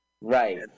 right